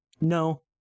No